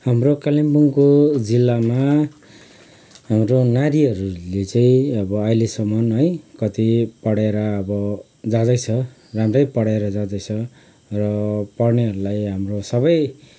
हाम्रो कालिम्पोङको जिल्लामा हाम्रो नारीहरूले चाहिँ अब अहिलेसम्म है कति पढेर अब जाँदैछ राम्रै पढेर जाँदैछ र पढ्नेहरूलाई हाम्रो सबै